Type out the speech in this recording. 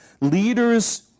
leaders